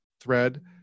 thread